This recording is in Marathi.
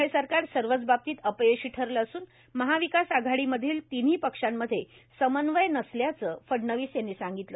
हे सरकार सर्वच बाबतीत अपयशी ठरलं असून महाविकास आघाडीमधल्या तिन्ही पक्षांमध्ये समन्वय नसल्याचं फडणवीस म्हणाले